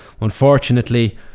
Unfortunately